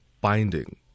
binding